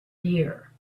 year